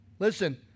Listen